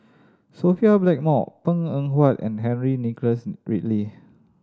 Sophia Blackmore Png Eng Huat and Henry Nicholas Ridley